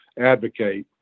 advocate